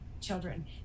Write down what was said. children